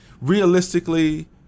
Realistically